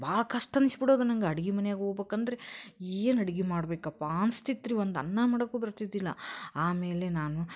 ಭಾಳ ಕಷ್ಟ ಅನ್ನಿಸ್ಬಿಡೋದು ನಂಗೆ ಅಡಿಗೆ ಮನೆಯಾಗ ಹೋಗ್ಬೇಕಂದ್ರೆ ಏನು ಅಡ್ಗೆ ಮಾಡಬೇಕಪ್ಪ ಅನ್ಸ್ತಿತ್ತು ರೀ ಒಂದು ಅನ್ನ ಮಾಡೋಕ್ಕೂ ಬರ್ತಿದ್ದಿಲ್ಲ ಆಮೇಲೆ ನಾನು